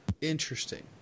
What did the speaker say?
Interesting